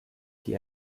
die